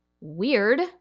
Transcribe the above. Weird